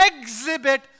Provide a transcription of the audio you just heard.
exhibit